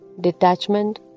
Detachment